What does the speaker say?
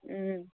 ꯎꯝ